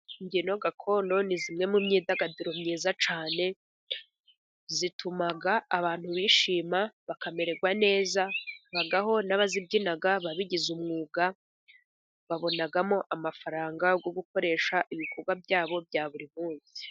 Imbyino gakondo ni zimwe mu myidagaduro myiza cyane zituma abantu bishima bakamererwa neza. Habaho n'abazibyina babigize umwuga babonamo amafaranga yo gukoresha ibikorwa byabo bya buri munsi.